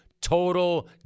total